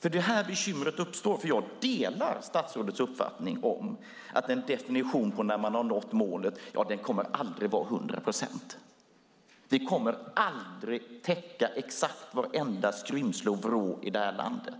Det är nämligen här bekymret uppstår. Jag delar statsrådets uppfattning att en definition på när man har nått målet aldrig kommer att vara 100 procent. Vi kommer aldrig att täcka varje skrymsle och vrå i det här landet.